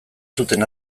zuten